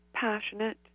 passionate